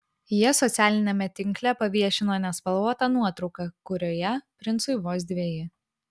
jie socialiniame tinkle paviešino nespalvotą nuotrauką kurioje princui vos dveji